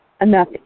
Enough